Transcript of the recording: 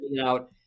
Out